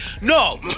no